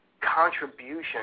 contribution